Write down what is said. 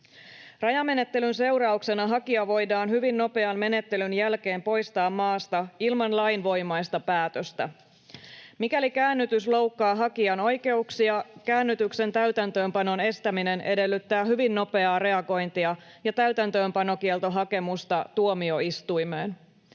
Rajamenettelyn seurauksena hakija voidaan hyvin nopean menettelyn jälkeen poistaa maasta ilman lainvoimaista päätöstä. Mikäli käännytys loukkaa hakijan oikeuksia, käännytyksen täytäntöönpanon estäminen edellyttää hyvin nopeaa reagointia ja täytäntöönpanokieltohakemusta tuomioistuimeen.